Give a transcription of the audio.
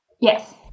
Yes